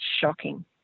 shocking